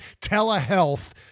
Telehealth